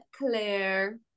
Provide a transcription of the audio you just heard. Claire